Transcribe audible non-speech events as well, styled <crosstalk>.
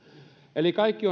eli kaikki <unintelligible>